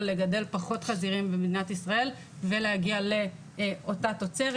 לגדל פחות חזירים במדינת ישראל ולהגיע לאותה תוצרת.